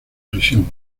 prisión